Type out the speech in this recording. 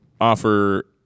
offer